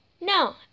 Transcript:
No